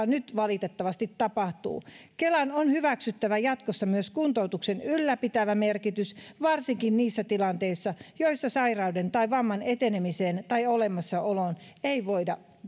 nyt valitettavasti tapahtuu kelan on hyväksyttävä jatkossa myös kuntoutuksen ylläpitävä merkitys varsinkin niissä tilanteissa joissa sairauden tai vamman etenemiseen tai olemassaoloon ei voida